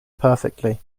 perfectly